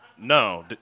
No